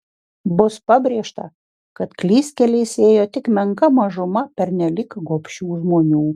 bus pabrėžta kad klystkeliais ėjo tik menka mažuma pernelyg gobšių žmonių